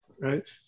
right